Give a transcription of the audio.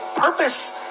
Purpose